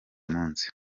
munsi